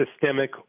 systemic